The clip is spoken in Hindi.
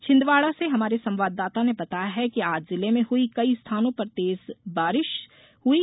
छिंदवाड़ा से हमारे संवाददाता ने बताया है कि आज जिले में हुई कई स्थानों पर तेज बारिश हुई